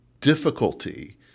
difficulty